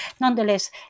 nonetheless